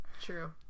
True